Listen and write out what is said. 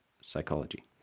psychology